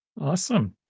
Awesome